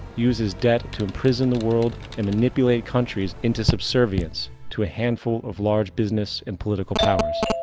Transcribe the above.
uses debt to imprison the world and manipulate countries into subservience to a handful of large business and political powers.